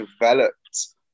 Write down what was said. developed